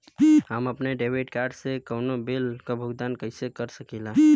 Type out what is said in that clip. हम अपने debit card से कउनो बिल के भुगतान कइसे कर सकीला?